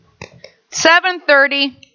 7.30